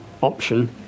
option